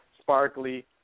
sparkly